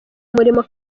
umurimo